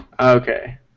Okay